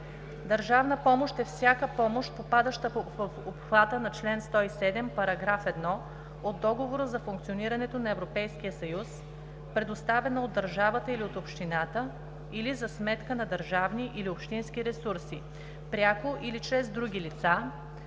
„Държавна помощ“ е всяка помощ, попадаща в обхвата на чл. 107, § 1 от Договора за функционирането на Европейския съюз, предоставена от държавата или от общината, или за сметка на държавни или общински ресурси, пряко или чрез други лица,